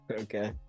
okay